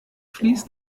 fließt